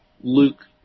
Luke